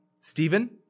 Stephen